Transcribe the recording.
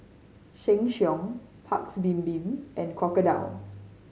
Sheng Siong Paik's Bibim and Crocodile